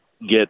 get –